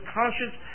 conscious